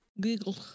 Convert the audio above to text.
Google